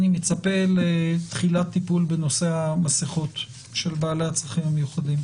אני מצפה לתחילת טיפול בנושא המסכות של בעל הצרכים המיוחדים,